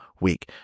week